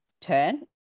turn